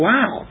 Wow